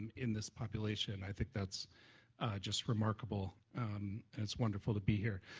in this population. i think that's just remarkable it's wonderful to be here.